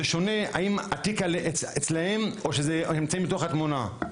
זה שונה האם התיק אצלם או שהם נמצאים בתוך התמונה.